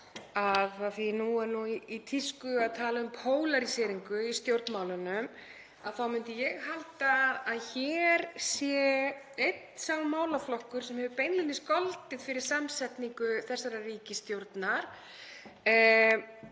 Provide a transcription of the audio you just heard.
Af því að nú er í tísku að tala um pólaríseringu í stjórnmálunum myndi ég halda að hér sé einn sá málaflokkur sem hefur beinlínis goldið fyrir samsetningu þessarar ríkisstjórnar;